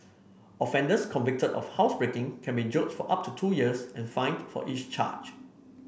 offenders convicted of housebreaking can be jailed for up to two years and fined for each charge